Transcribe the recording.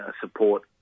support